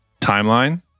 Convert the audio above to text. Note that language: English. timeline